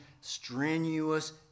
strenuous